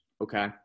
okay